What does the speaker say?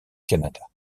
canada